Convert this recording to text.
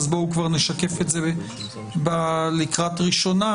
בואו כבר נשקף את זה לקראת הקריאה הראשונה.